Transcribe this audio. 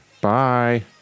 Bye